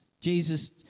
Jesus